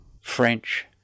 French